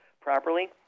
properly